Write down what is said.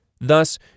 Thus